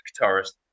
guitarist